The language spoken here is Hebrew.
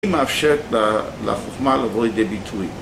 היא מאפשרת לחוכמה לבוא לידי ביטוי